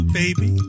baby